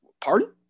Pardon